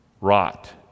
rot